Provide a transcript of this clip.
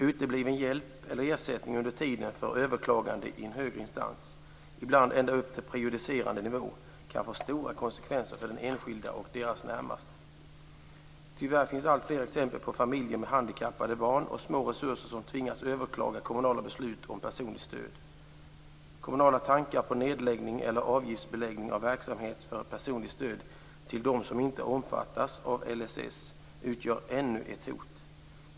Utebliven hjälp eller ersättning under tiden för överklagande i en högre instans, ibland ända upp på prejudicerande nivå, kan få stora konsekvenser för enskilda och deras närmaste. Tyvärr finns alltfler exempel på familjer med handikappade barn och små resurser som tvingats överklaga kommunala beslut om personligt stöd. Kommunala tankar på nedläggning eller avgiftsbeläggning av verksamhet för personligt stöd till dem som inte omfattas av LSS utgör ännu ett hot.